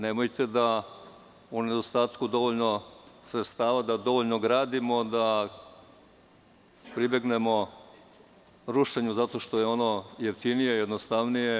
Nemojte da u nedostatku sredstava, dovoljno gradimo, pribegnemo rušenju zato što je ono jeftinije, jednostavnije.